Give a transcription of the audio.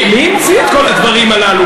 מי המציא את כל הדברים הללו,